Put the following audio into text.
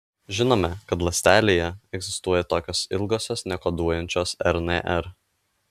žinome kad ląstelėje egzistuoja tokios ilgosios nekoduojančios rnr